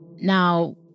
Now